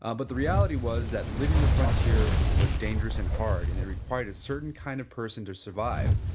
ah but the reality was that living the frontier was dangerous and hard and it required a certain kind of person to survive.